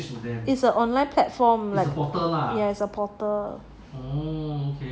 it's an online platform yes a portal